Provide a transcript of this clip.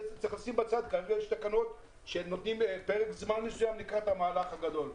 כרגע יש תקנות שנותנות פרק זמן מסוים לקראת המהלך הגדול,